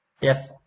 Yes